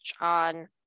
on